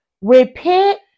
repent